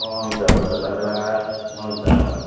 हुन्छ हुन्छ धन्यवाद हुन्छ हुन्